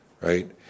right